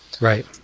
right